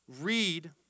read